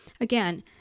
again